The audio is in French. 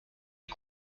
est